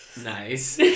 Nice